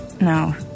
No